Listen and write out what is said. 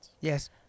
Yes